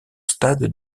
stades